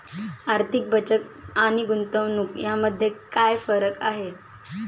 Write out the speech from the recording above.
आर्थिक बचत आणि गुंतवणूक यामध्ये काय फरक आहे?